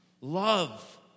love